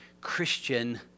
Christian